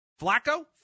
Flacco